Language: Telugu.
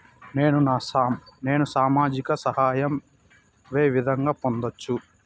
నేను సామాజిక సహాయం వే విధంగా పొందొచ్చు?